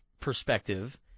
perspective